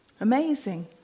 Amazing